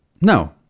No